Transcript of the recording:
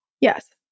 Yes